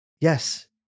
yes